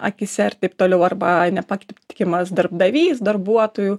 akyse ir taip toliau arba nepat tikimas darbdavys darbuotojų